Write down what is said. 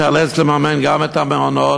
תיאלץ לממן גם את המעונות,